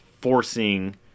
forcing